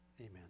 Amen